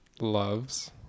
Loves